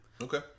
Okay